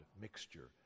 mixture